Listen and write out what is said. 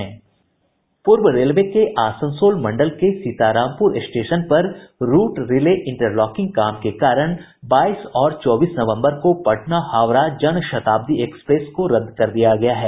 पूर्व रेलवे के आसनसोल मंडल के सीतारामपूर स्टेशन पर रूट रिले इंटरलॉकिंग काम के कारण बाईस और चौबीस नवम्बर को पटना हावड़ा जनशताब्दी एक्सप्रेस को रद्द कर दिया है